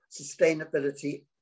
sustainability